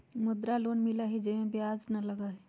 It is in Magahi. मुद्रा लोन मिलहई जे में ब्याज न लगहई?